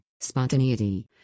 spontaneity